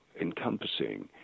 encompassing